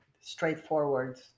straightforward